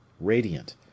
radiant